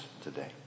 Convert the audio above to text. today